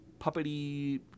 puppety